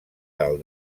del